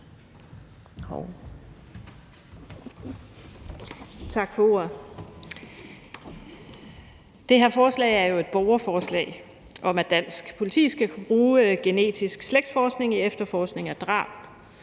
Tak for ordet. Det her forslag er jo et borgerforslag om, at dansk politi skal kunne bruge genetisk slægtsforskning i efterforskning af drab